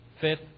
Fifth